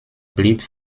blieb